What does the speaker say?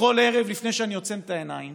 בכל ערב לפני שאני עוצם את העיניים